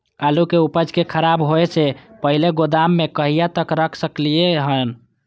आलु के उपज के खराब होय से पहिले गोदाम में कहिया तक रख सकलिये हन?